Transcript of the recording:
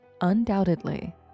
undoubtedly